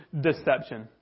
deception